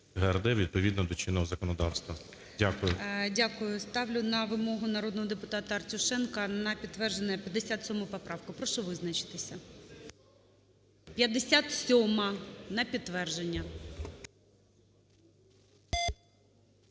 ГРД відповідно до чинного законодавства. Дякую. ГОЛОВУЮЧИЙ. Дякую. Ставлю на вимогу народного депутата Артюшенка на підтвердження 57 поправку. Прошу визначитися. 57-а, на підтвердження.